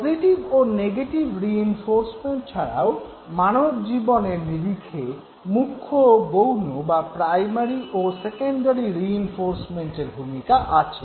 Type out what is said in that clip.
positive ও negative reinforcement ছাড়াও মানবজীবনের নিরিখে মুখ্য ও গৌণ বা প্রাইমারি ও সেকেন্ডারি রিইনফোর্সমেন্টের ভূমিকা আছে